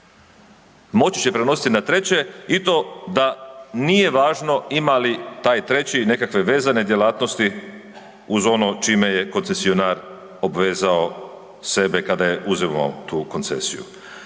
Moći će prenositi na treće i to da nije važno imali taj treći nekakve vezane djelatnosti uz ono čije je koncesionar obvezao sebe kad je uzimao tu koncesiju.